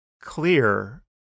clear